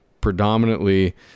predominantly